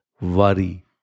Worry